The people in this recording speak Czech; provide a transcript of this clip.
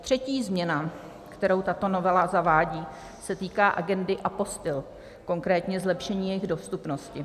Třetí změna, kterou tato novela zavádí, se týká agendy apostil, konkrétně zlepšení jejich dostupnosti.